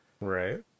Right